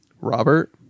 Robert